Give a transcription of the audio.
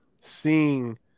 seeing